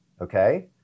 okay